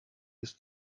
ist